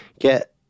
get